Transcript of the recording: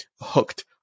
hooked